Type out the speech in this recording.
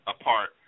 apart